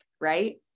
right